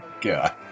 god